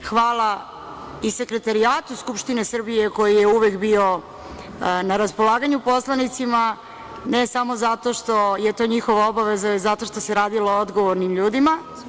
Hvala i Sekretarijatu Skupštine Srbije koji je uvek bio na raspolaganju poslanicima, ne samo zato što je to njihova obaveza, već zato što se radilo o odgovornim ljudima.